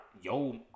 yo